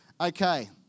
Okay